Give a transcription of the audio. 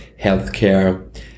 healthcare